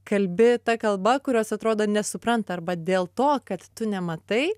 kalbi ta kalba kurios atrodo nesupranta arba dėl to kad tu nematai